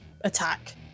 attack